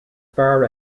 far